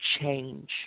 change